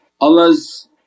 Allah's